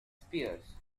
spears